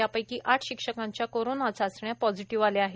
यापैकी आठ शिक्षकांच्या कोरोना चाचण्या पॉझिटिव्ह आल्या आहेत